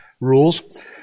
rules